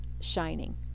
shining